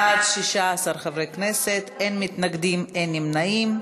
בעד, 16 חברי כנסת, אין מתנגדים, אין נמנעים.